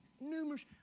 numerous